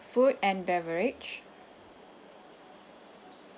food and beverage